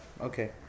Okay